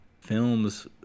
films